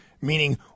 meaning